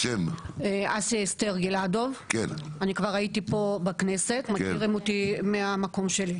אני כבר הייתי פה בכנסת, מכירים אותי מהמקום שלי.